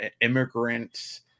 immigrants